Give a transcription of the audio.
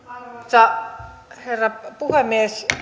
arvoisa herra puhemies